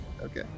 Okay